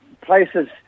places